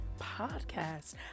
podcast